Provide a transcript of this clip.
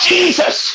Jesus